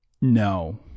No